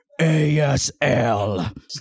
ASL